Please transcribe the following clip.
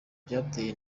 byatewe